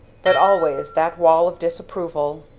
but always that wall of disapproval.